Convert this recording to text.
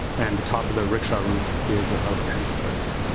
and the top of the rickshaw roof is about ten studs.